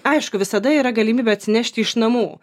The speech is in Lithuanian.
aišku visada yra galimybė atsinešti iš namų